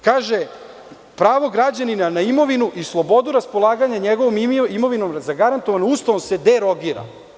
Kaže – pravo građanina na imovinu i slobodu raspolaganja njegovom imovinom zagarantovana Ustavom se derogira.